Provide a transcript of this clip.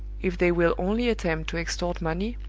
if they will only attempt to extort money,